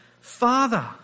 Father